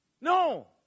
No